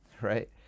right